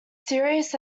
serious